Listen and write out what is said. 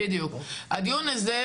הדיון הזה,